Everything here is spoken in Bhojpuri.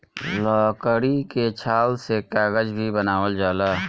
लकड़ी के छाल से कागज भी बनावल जाला